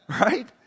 Right